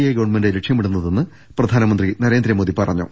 A government ലക്ഷ്യമിടുന്നതെന്ന് പ്രധാനമന്ത്രി നരേന്ദ്ര മോദി പറഞ്ഞു